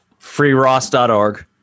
Freeross.org